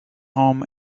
home